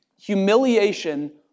Humiliation